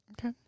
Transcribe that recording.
okay